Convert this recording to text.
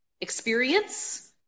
experience